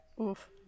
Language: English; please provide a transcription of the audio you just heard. Oof